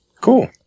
Cool